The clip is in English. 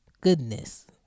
goodness